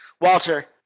Walter